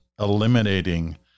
eliminating